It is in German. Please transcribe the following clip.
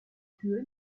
kühe